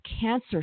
cancer